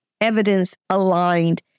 evidence-aligned